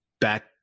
back